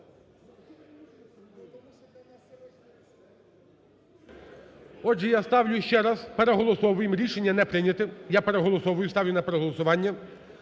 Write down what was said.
Отже, я ставлю ще раз, переголосовуємо. Рішення не прийняте. Я переголосовую, ставлю на переголосування